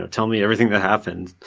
tell me everything that happened.